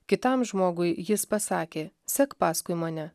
kitam žmogui jis pasakė sek paskui mane